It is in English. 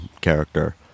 character